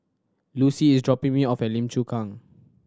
Lucie is dropping me off at Lim Chu Kang